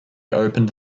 opened